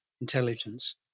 intelligence